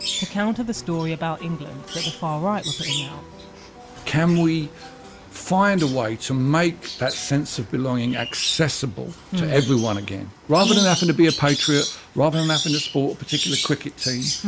to counter the story about england that the far right were putting out can we find a way to make that sense of belonging accessible to everyone again rather than having to be a patriot rather than having to sport a particular cricket team,